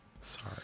Sorry